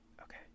Okay